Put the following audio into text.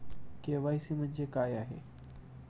KYC म्हणजे काय आहे?